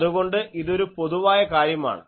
അതുകൊണ്ട് ഇതൊരു പൊതുവായ കാര്യമാണ്